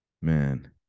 Man